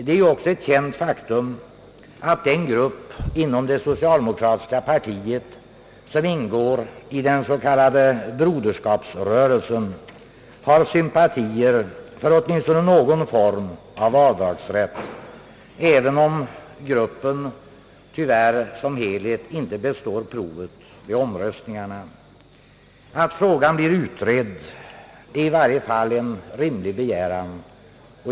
Det är ju också ett känt faktum att den grupp inom det socialdemokratiska partiet som ingår i den s.k. broderskapsrörelsen har sympatier för åtminstone någon form av avdragsrätt — även om gruppen som helhet tyvärr inte bestått provet vid omröstningar. Att frågan blir utredd är i varje fall en rimlig begäran.